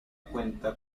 cuenta